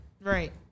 Right